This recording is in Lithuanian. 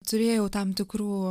turėjau tam tikrų